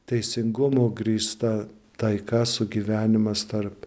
teisingumu grįsta taika sugyvenimas tarp